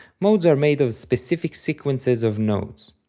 modes are made of specific sequences of notes.